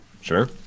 Sure